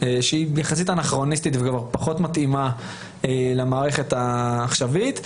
שהיא יחסית אנכרוניסטית ופחות מתאימה למערכת הנוכחית.